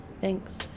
thanks